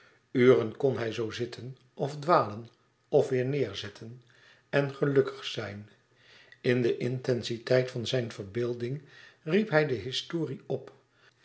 uren kon hij zoo zitten of dwalen of weêr neêrzitten en gelukkig zijn in de intensiteit van zijn verbeelding riep hij de historie op